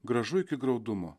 gražu iki graudumo